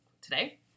today